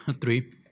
three